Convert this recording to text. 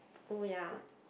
oh ya